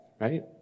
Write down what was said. right